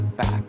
back